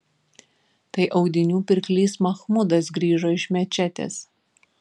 tai audinių pirklys machmudas grįžo iš mečetės